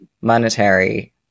monetary